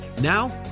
Now